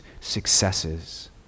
successes